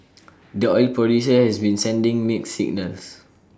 the oil producer has been sending mixed signals